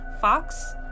fox